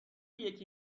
یکی